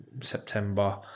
September